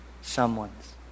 someone's